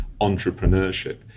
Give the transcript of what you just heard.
entrepreneurship